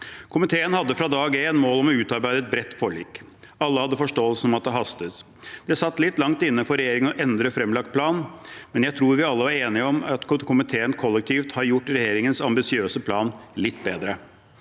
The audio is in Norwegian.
Komiteen hadde fra dag én et mål om å utarbeide et bredt forlik. Alle hadde forståelsen av at det hastet. Det satt litt langt inne for regjeringen å endre fremlagt plan, men jeg tror vi alle er enige om at komiteen kollektivt har gjort regjeringens ambisiøse plan litt bedre.